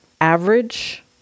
average